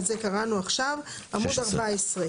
בעמוד 14,